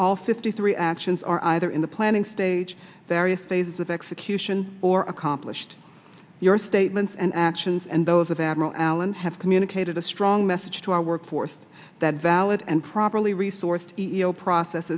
all fifty three actions are either in the planning stage various phases of execution or accomplished your statements and actions and those of admiral allen have communicated a strong message to our workforce that valid and properly resourced e e o process